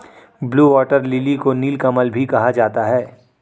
blue water lily को नीलकमल भी कहा जाता है